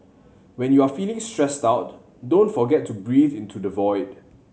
when you are feeling stressed out don't forget to breathe into the void